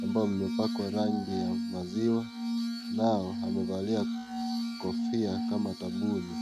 ambao imepakwa rangi ya maziwa nao amevalia kofia kama tabuni.